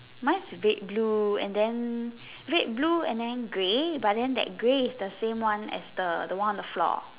mine is a bit blue and then red blue and then grey but then that grey is the same one as the the one on the floor